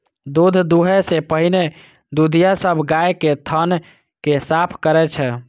दूध दुहै सं पहिने दुधिया सब गाय के थन कें साफ करै छै